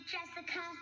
Jessica